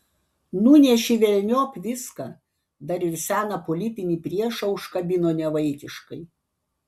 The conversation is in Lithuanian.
nunešė velniop viską dar ir seną politinį priešą užkabino nevaikiškai